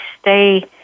stay